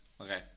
okay